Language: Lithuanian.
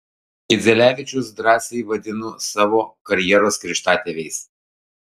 idzelevičius drąsiai vadinu savo karjeros krikštatėviais